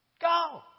Go